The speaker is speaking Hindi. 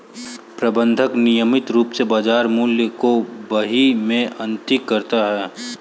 प्रबंधक नियमित रूप से बाज़ार मूल्य को बही में अंकित करता है